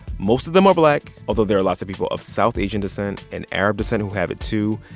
most of them are black, although there are lots of people of south asian descent and arab descent who have it, too.